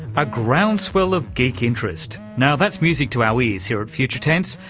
a groundswell of geek interest now that's music to our ears here at future tense,